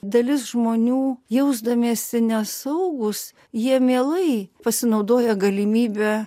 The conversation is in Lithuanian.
dalis žmonių jausdamiesi nesaugūs jie mielai pasinaudoja galimybe